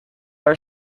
our